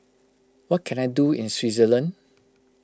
what can I do in Switzerland